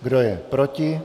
Kdo je proti?